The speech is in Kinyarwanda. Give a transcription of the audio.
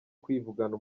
kwivugana